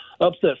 upset